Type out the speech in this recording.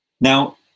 Now